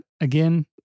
again